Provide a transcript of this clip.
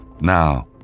Now